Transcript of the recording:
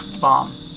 Bomb